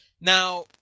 now